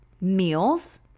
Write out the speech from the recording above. meals